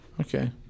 Okay